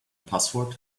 password